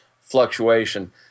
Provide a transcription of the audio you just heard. fluctuation